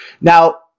Now